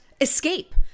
escape